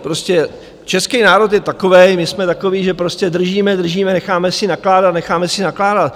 Prostě český národ je takový, my jsme takoví, že prostě držíme, držíme, necháme si nakládat a necháme si nakládat.